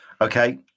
Okay